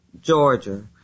Georgia